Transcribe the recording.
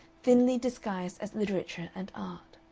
thinly disguised as literature and art.